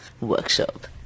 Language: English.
workshop